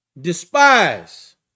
Despise